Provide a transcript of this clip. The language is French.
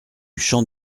champ